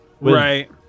Right